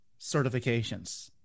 certifications